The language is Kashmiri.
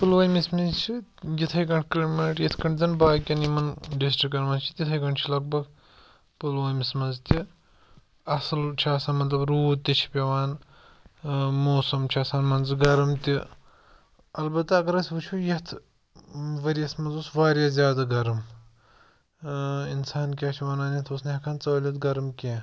پُلوٲمِس منٛز چھِ یِتھَے کٲٹھۍ کٕلٲیمیٹ یِتھ کٲٹھۍ زَن باقٕیَن یِمَن ڈِسٹِرٛکَن منٛز چھِ تِتھَے کٲٹۍ چھِ لَگ بھَگ پُلوٲمِس منٛز تہِ اصٕل چھِ آسان مطلب روٗد تہِ چھِ پیٚوان ٲں موسَم چھِ آسان منٛزٕ گَرٕم تہِ اَلبَتہ اَگَر أسۍ وُچھو یَتھ ؤرۍ یَس منٛز اوٗس واریاہ زیادٕ گَرٕم ٲں اِنسان کیٛاہ چھِ وَنان یَتھ اوٗس نہٕ ہیٚکان ژٲلِتھ گَرٕم کیٚنٛہہ